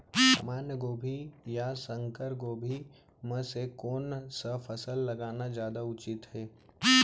सामान्य गोभी या संकर गोभी म से कोन स फसल लगाना जादा उचित हे?